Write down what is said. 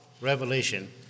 Revelation